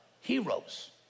heroes